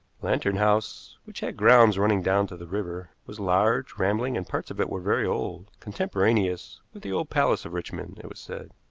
lantern house, which had grounds running down to the river, was large, rambling, and parts of it were very old, contemporaneous with the old palace of richmond, it was said.